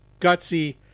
Gutsy